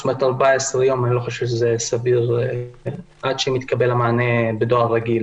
14 יום אני לא חושב שזה סביר עד שמתקבל המענה בדואר רגיל.